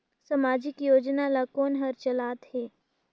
समाजिक योजना ला कोन हर चलाथ हे?